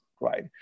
right